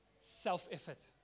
self-effort